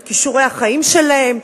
את כישורי החיים שלהם,